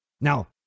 Now